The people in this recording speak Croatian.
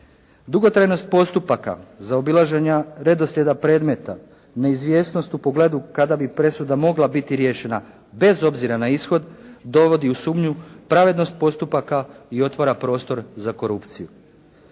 Dugotrajnost postupaka, zaobilaženja redoslijeda predmeta, neizvjesnost u pogledu kada bi presuda mogla biti riješena bez obzira na ishod dovodi u sumnju pravednost postupaka i otvara prostor za korupciju.